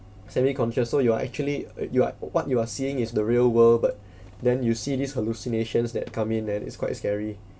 semi conscious so you are actually uh you are what you are seeing is the real world but then you see these hallucinations that come in and it's quite scary